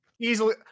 Easily